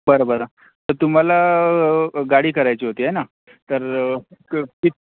बरं बरं तं तुम्हाला गाडी करायची होती है ना तर क की